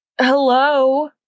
Hello